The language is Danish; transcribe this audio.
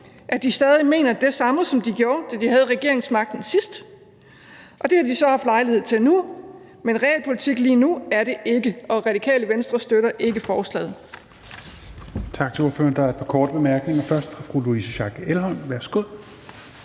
at de stadig mener det samme, som de gjorde, da de havde regeringsmagten sidst, og det har de så haft lejlighed til nu. Men realpolitik lige nu er det ikke, og Radikale Venstre støtter ikke forslaget.